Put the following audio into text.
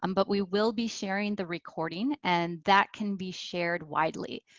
um but we will be sharing the recording and that can be shared widely.